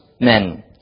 men